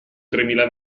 tremila